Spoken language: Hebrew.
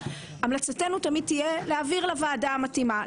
המלצתנו תמיד תהיה להעביר לוועדה המתאימה.